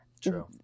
true